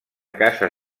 casa